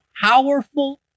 powerful